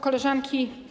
Koleżanki!